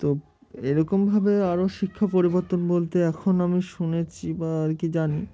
তো এরকমভাবে আরও শিক্ষা পরিবর্তন বলতে এখন আমি শুনেছি বা আর কি জানি